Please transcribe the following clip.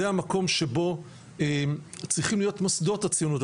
זה המקום שבו צריכים להיות מוסדות הציונות הדתית,